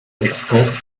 express